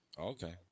Okay